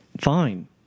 Fine